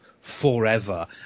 forever